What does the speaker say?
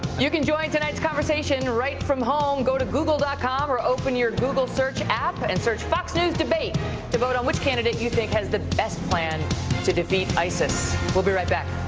you can join tonight's conversation right from home. go to google dot com or open your google search app and search fox news debate to vote on which candidate you think has the best plan to defeat isis. we'll be right back.